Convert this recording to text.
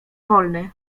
wolny